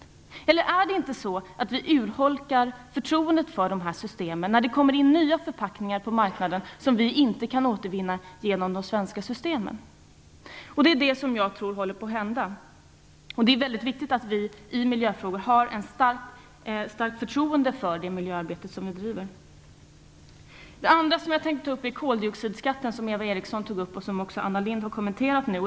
Urholkar vi inte förtroendet för dessa system när det kommer in nya förpackningar på marknaden som vi inte kan återvinna genom de svenska systemen? Det är detta jag tror håller på att hända. Det är väldigt viktigt att vi har ett starkt förtroende för det miljöarbete vi driver. Den andra område jag tänkte ta upp är koldioxidskatten. Eva Eriksson tog också upp frågan, och Anna Lindh har kommenterat den.